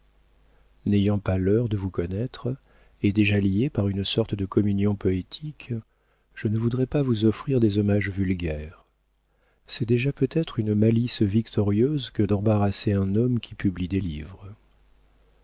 n'ayant pas l'heur de vous connaître et déjà lié par une sorte de communion poétique je ne voudrais pas vous offrir des hommages vulgaires c'est déjà peut-être une malice victorieuse que d'embarrasser un homme qui publie ses livres